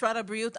ראשית,